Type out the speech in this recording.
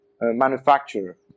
manufacturer